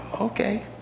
okay